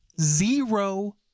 zero